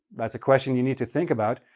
that's a question you need to think about,